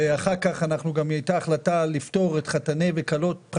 ואחר כך היתה החלטה לפטור אותם.